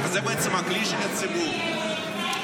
זה הכלי של הציבור,